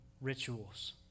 rituals